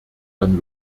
dann